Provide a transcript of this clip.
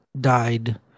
died